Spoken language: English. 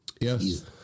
Yes